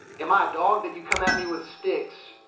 am i a dog that you come at me with sticks?